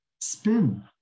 spin